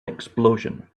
explosion